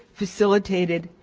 facilitated,